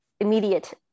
immediate